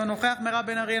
אינו נוכח מירב בן ארי,